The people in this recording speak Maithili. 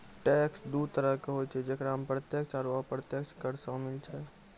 टैक्स दु तरहो के होय छै जेकरा मे प्रत्यक्ष आरू अप्रत्यक्ष कर शामिल छै